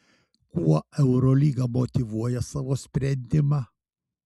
kuo eurolyga motyvuoja savo sprendimą